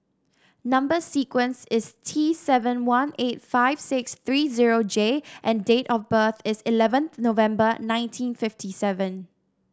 number sequence is T seven one eight five six three zero J and date of birth is eleventh November nineteen fifty seven